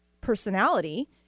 personality